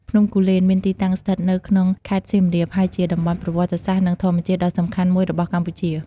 ភ្នំគូលែន មានទីតាំងស្ថិតនៅក្នុងខេត្តសៀមរាប ហើយជាតំបន់ប្រវត្តិសាស្ត្រនិងធម្មជាតិដ៏សំខាន់មួយរបស់កម្ពុជា។